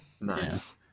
Nice